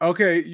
Okay